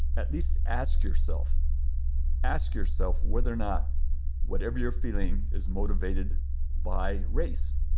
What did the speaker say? at least ask yourself ask yourself whether or not whatever you're feeling is motivated by race.